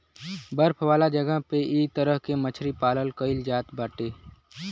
बर्फ वाला जगह पे इ तरह से मछरी पालन कईल जात बाड़े